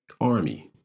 army